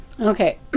Okay